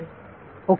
विद्यार्थी होय